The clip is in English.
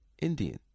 Indian